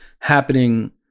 happening